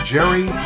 Jerry